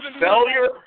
failure